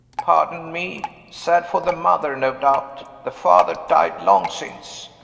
pardon me, sad for the mother, no doubt. the father died long since.